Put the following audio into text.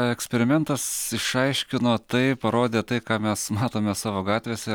eksperimentas išaiškino tai parodė tai ką mes matome savo gatvėse